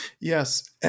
Yes